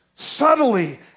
Subtly